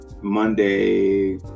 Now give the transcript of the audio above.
Monday